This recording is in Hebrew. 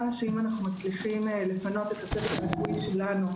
שאם אנו מצליחים לפנות את הצוות הרפואי שלנו,